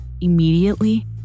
Immediately